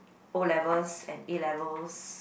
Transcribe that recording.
O-levels and A-levels